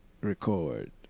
record